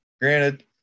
Granted